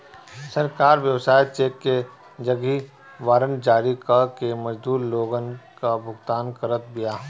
सरकार व्यवसाय चेक के जगही वारंट जारी कअ के मजदूर लोगन कअ भुगतान करत बिया